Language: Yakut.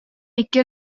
икки